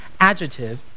adjective